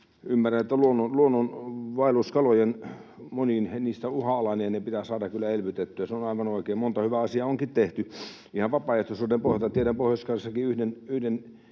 Ymmärrän, että luonnon vaelluskaloista moni on uhanalainen ja ne pitää saada kyllä elvytettyä, se on aivan oikein. Monta hyvää asiaa onkin tehty ihan vapaaehtoisuuden pohjalta. Tiedän Pohjois-Karjalassakin yhden